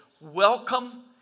welcome